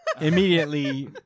Immediately